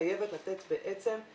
חייבת לתת אחריות.